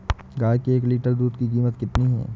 गाय के एक लीटर दूध की कीमत कितनी है?